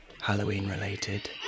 Halloween-related